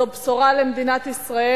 זו בשורה למדינת ישראל.